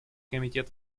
комитет